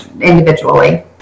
individually